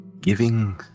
giving